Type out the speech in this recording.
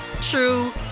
true